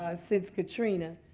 ah since katrina.